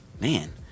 man